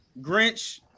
Grinch